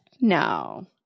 No